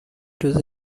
روز